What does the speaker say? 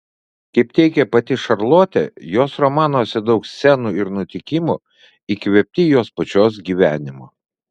kaip teigė pati šarlotė jos romanuose daug scenų ir nutikimų įkvėpti jos pačios gyvenimo